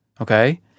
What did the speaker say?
okay